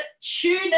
Tune